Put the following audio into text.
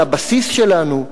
שהבסיס שלנו,